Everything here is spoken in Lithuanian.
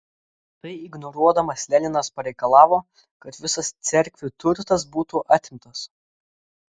tai ignoruodamas leninas pareikalavo kad visas cerkvių turtas būtų atimtas